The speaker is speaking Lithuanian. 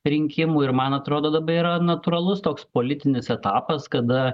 rinkimų ir man atrodo labai yra natūralus toks politinis etapas kada